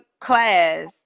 class